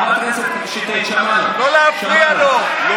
חברת הכנסת שטרית, שמענו, שמעו.